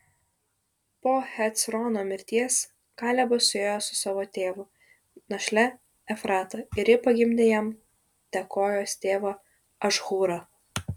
po hecrono mirties kalebas suėjo su savo tėvo našle efrata ir ji pagimdė jam tekojos tėvą ašhūrą